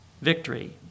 victory